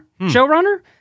showrunner